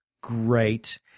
great